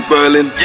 Berlin